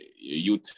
youth